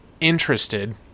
interested